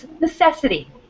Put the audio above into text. Necessity